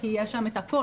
כי יהיה שם את הכל.